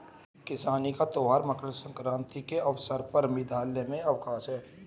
किसानी का त्यौहार मकर सक्रांति के अवसर पर विद्यालय में अवकाश है